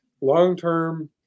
Long-term